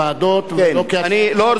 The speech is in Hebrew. אז תאמר את זה.